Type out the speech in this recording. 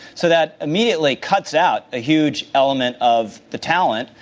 so, that immediately cuts out a huge element of the talent.